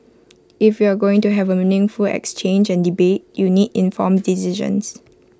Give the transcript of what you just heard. if you're going to have A meaningful exchange and debate you need informed decisions